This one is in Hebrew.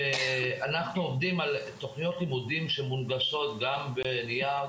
אנחנו עובדים על תוכניות לימודים שמונגשות גם בנייר,